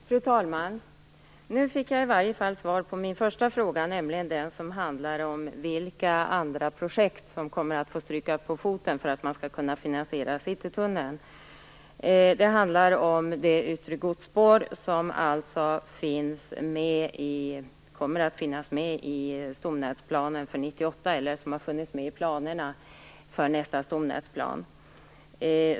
Fru talman! Nu fick jag i varje fall svar på min första fråga, nämligen vilka andra projekt som kommer att få stryka på foten för att man skall kunna finansiera Citytunneln. Det handlar om det yttre godsspår som kommer att finnas med i stomnätsplanen för 1998, eller som har funnits med i planerna för nästa stomnätsplan.